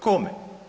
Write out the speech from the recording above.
Kome?